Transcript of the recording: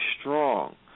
strong